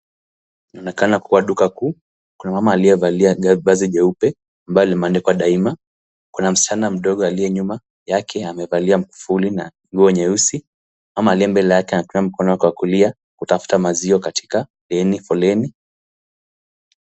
Inaonekana kuwa nduka kuu. Kuna mama aliyevalia ga vazi jeupe ambalo limeandikwa Daima. Kuna msichana mdogo aliye nyuma yake amevalia mkufuli na nguo nyeusi. Mama aliye mbele yake anatumia mkono wake wa kulia kutafuta maziwa katika leni foleni.